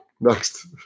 Next